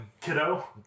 Kiddo